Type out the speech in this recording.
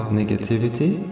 negativity